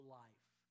life